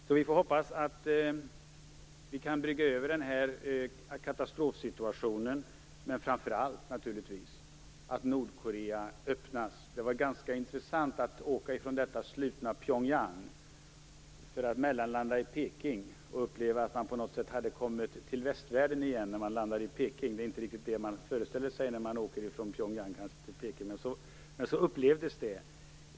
Så vi får hoppas att vi kan brygga över katastrofsituationen, men framför allt naturligtvis att Nordkorea öppnas. Det var ganska intressant att åka från detta slutna Pyongyang för att mellanlanda i Peking och uppleva att man på något sätt hade kommit tillbaka till västvärlden. Det är inte riktigt vad man föreställer sig när man åker från Pyongyang till Peking, men så upplevdes det.